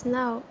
now